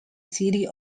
city